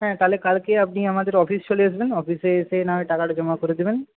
হ্যাঁ তাহলে কালকে আপনি আমাদের অফিস চলে এসবেন অফিসে এসে না হয় টাকাটা জমা করে দেবেন